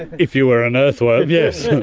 if you were an earthworm, yes.